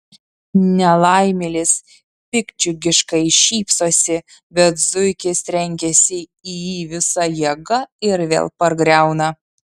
nelaimėlis piktdžiugiškai šypsosi bet zuikis trenkiasi į jį visa jėga ir vėl pargriauna